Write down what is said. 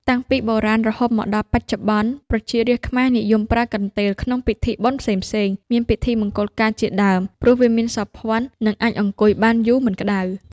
តាំងពីបុរាណរហូតមកដល់បច្ចុប្បន្ន ប្រជារាស្ត្រខ្មែរនិយមប្រើកន្ទេលក្នុងពិធីបុណ្យផ្សេងៗ មានពិធីមង្គលការជាដើម ព្រោះវាមានសោភ័ណ ហើយអាចអង្គុយ បានយូរមិនក្តៅ ។